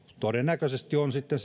todennäköisesti on sitten